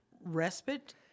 respite